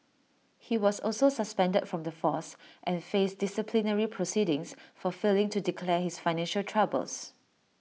he was also suspended from the force and faced disciplinary proceedings for failing to declare his financial troubles